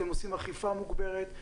אתם עושים אכיפה מוגברת,